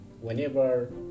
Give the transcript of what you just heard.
whenever